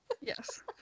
Yes